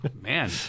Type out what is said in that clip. Man